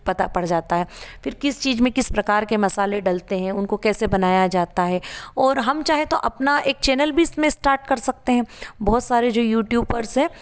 पता पर जाता है फिर चीज़ में किस प्रकार के मसाले डालते हैं उनको कैसे बनाया जाता है और हम चाहें तो अपना एक चैनल भी इसमें एस्टार्ट कर सकते हैं बहुत सारे जो यूट्यूबर्स हैं